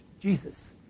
Jesus